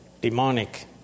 demonic